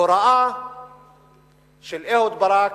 ההוראה של אהוד ברק,